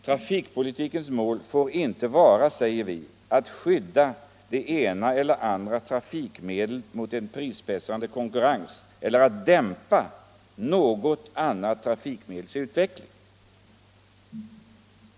”Trafikpolitikens mål får inte vara”, säger vi, ”att skydda det ena eller andra trafikmedlet mot en prispressande konkurrens eller att dämpa något annat trafikmedels utveckling.